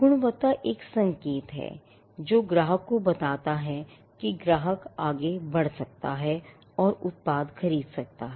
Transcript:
अब गुणवत्ता एक संकेत है जो ग्राहक को बताता है कि ग्राहक आगे बढ़ सकता है और उत्पाद खरीद सकता है